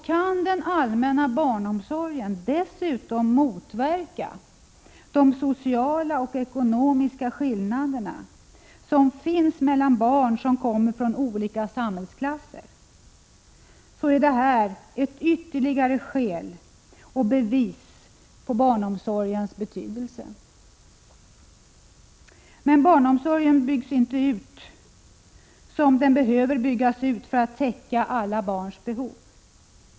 Kan den allmänna barnomsorgen dessutom motverka de sociala och ekonomiska skillnader som finns mellan barn som kommer från olika samhällsklasser, så är det ett ytterligare bevis på barnomsorgens betydelse och ett ytterligare skäl att bygga ut den. Men barnomsorgen byggs inte ut som den behöver byggas ut för att täcka alla barns behov.